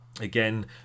Again